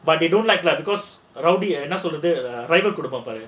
but they don't like lah because rowdy என்ன சொல்றது:enaa solrathu driver குடும்பம்:kudumbam